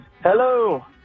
Hello